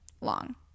long